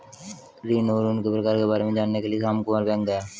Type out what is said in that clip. ऋण और उनके प्रकार के बारे में जानने के लिए रामकुमार बैंक गया